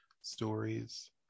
stories